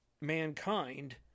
mankind